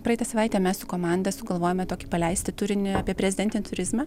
praeitą savaitę mes su komanda sugalvojome tokį paleisti turinį apie prezidentinį turizmą